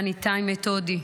בנה ניתאי מטודי,